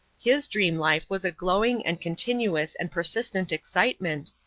his dream life was a glowing and continuous and persistent excitement,